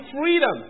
freedom